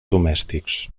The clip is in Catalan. domèstics